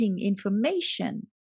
information